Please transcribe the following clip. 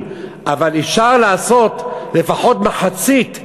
אבל אפשר לעשות לפחות מחצית,